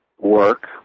work